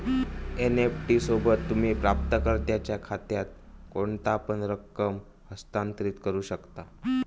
NEFT सोबत, तुम्ही प्राप्तकर्त्याच्यो खात्यात कोणतापण रक्कम हस्तांतरित करू शकता